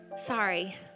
sorry